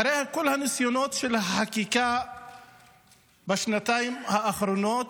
אחרי כל הניסיונות של החקיקה בשנתיים האחרונות,